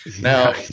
now